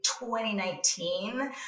2019